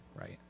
right